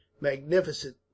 Magnificent